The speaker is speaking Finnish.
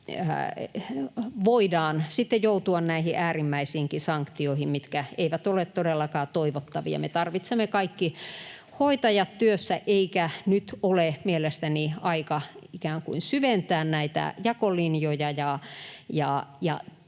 voidaan joutua näihin äärimmäisiinkin sanktioihin, mitkä eivät ole todellakaan toivottavia. Me tarvitsemme kaikki hoitajat työssä, eikä nyt ole mielestäni aika